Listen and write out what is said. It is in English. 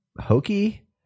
hokey